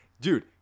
dude